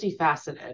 multifaceted